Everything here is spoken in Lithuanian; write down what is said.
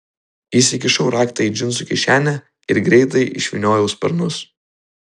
įsikišau raktą į džinsų kišenę ir greitai išvyniojau sparnus